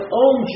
own